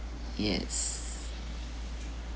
yes